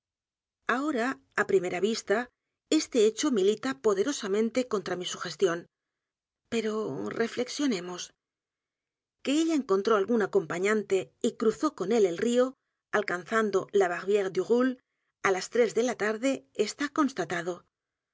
ahora á primera vista este hecho milita poderosamente contra mi sugestión pero reflexionemos que ella encontró algún acompañante y cruzó con él el río alcanzando la barrire du roule á las tres de la tarde está constatado